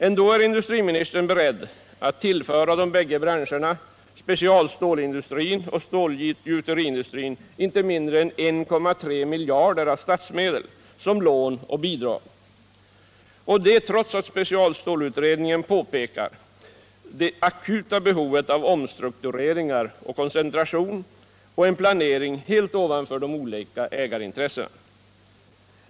Ändå är industriministern beredd att tillföra de bägge branscherna, specialstålindustrin och stålgjuteriindustrin, inte mindre än 1,3 miljarder av statsmedel som lån och bidrag. Och detta trots att specialstålutredningen pekar på det akuta behovet av omstruktureringar, koncentration och en planering helt ovanför de olika ägarintressena.